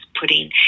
Putting